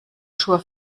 jour